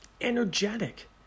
energetic